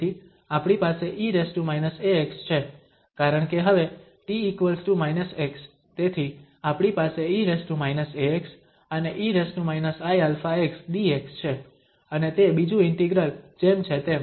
તેથી આપણી પાસે e−ax છે કારણ કે હવે t−x તેથી આપણી પાસે e−ax અને e−iαx dx છે અને તે બીજું ઇન્ટિગ્રલ જેમ છે તેમ